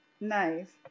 nice